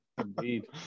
Indeed